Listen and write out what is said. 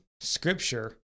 scripture